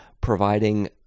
providing